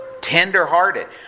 Tenderhearted